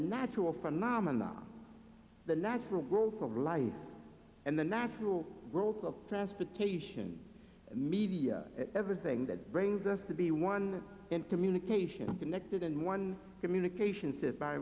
natural phenomena the natural growth of life and the natural world of transportation media everything that brings us to be one in communication connected in one communication sit by